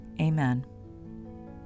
Amen